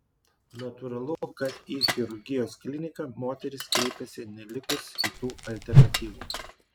natūralu kad į chirurgijos kliniką moterys kreipiasi nelikus kitų alternatyvų